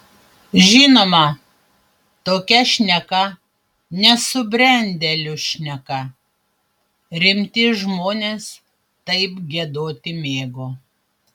žinoma tokia šneka nesubrendėlių šneka rimti žmonės taip giedoti mėgo